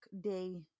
day